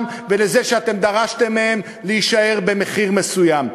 ולזה שאתם דרשתם מהם להישאר במחיר מסוים.